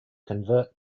convert